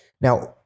Now